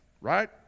Right